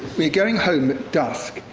we are going home at dusk,